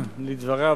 לדבריו,